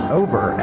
over